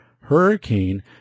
hurricane